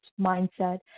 mindset